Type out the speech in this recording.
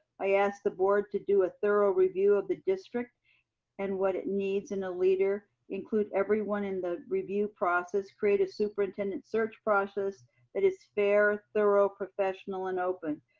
i ask the board to do a thorough review of the district and what it needs in a leader, include everyone in the review process, create a superintendent search process that is fair, thorough, professional, and open.